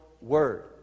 word